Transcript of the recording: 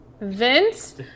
Vince